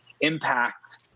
impact